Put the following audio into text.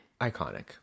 Iconic